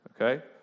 Okay